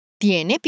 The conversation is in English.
Tiene